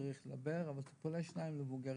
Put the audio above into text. צריך לדבר, אבל לגבי טיפולי שיניים למבוגרים